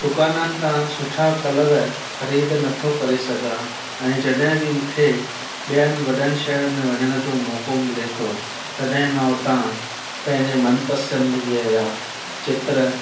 दुकाननि था सुठा कलर ख़रीदु न थो करे सघां ऐं जॾहिं बि मूंखे ॿियनि वॾनि शहरनि में वञण जो मौक़ो मिले थो तॾहिं मां हुतां पंहिंजे मन पसंदगीअ जा चित्र